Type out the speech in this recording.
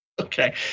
Okay